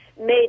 made